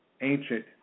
ancient